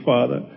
Father